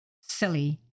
silly